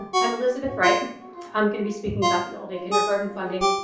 i'm elizabeth right i'm gonna be speaking about the allday kindergarten funding.